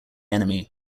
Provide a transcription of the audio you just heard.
enemy